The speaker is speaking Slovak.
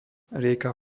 rieka